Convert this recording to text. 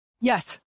yes